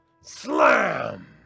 Slam